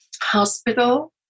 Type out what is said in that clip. hospital